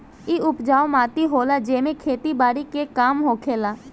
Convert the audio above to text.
इ उपजाऊ माटी होला जेमे खेती बारी के काम होखेला